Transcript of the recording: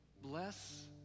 Bless